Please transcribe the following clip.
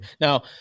Now